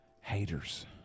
Haters